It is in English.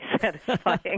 satisfying